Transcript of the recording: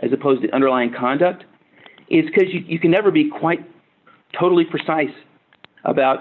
as opposed to underlying conduct is because you can never be quite totally precise about